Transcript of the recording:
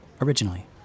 Originally